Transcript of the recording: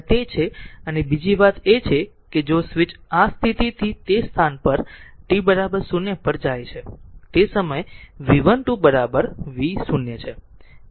અને તે છે અને બીજી વાત એ છે કે જો સ્વિચ આ સ્થિતિથી તે સ્થાન t 0 પર જાય છે તે સમયે v12 v00 જે v t v0 છે